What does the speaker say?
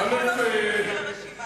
הוא תוקף אותי.